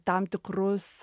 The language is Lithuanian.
tam tikrus